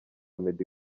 meddy